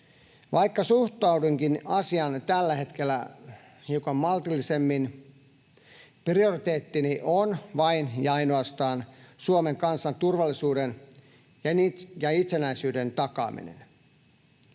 Vaikka suhtaudunkin asiaan tällä hetkellä hiukan maltillisemmin, prioriteettini on vain ja ainoastaan Suomen kansan turvallisuuden ja itsenäisyyden takaaminen,